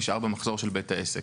נשאר במחזור של בית העסק.